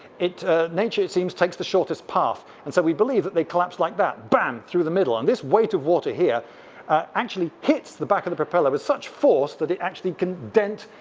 ah nature, it seems, takes the shortest path, and so we believe that they collapse like that, bang! through the middle. and this weight of water here actually hits the back of the propeller with such force that it actually can dent,